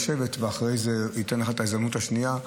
לשבת ואחרי זה הוא ייתן לך את ההזדמנות השנייה.